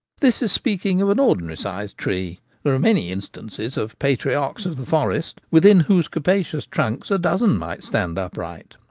this is speaking of an ordinary-sized tree there are many instances of patriarchs of the forest within whose capacious trunks a dozen might stand upright.